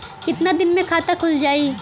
कितना दिन मे खाता खुल जाई?